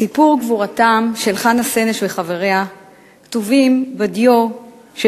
סיפור גבורתם של חנה סנש וחבריה כתוב בדיו של